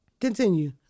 Continue